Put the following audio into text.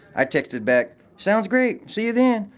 i texted back, sounds great! see you then!